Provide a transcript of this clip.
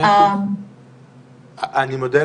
מאה אחוז.